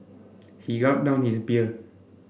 he gulped down his beer